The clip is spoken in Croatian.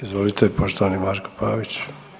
Izvolite poštovani Marko Pavić.